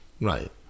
Right